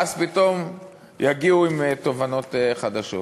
ואז פתאום יגיעו עם תובנות חדשות